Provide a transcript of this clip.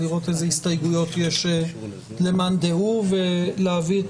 לראות איזה הסתייגויות יש למאן דהוא ולהביא את